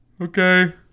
Okay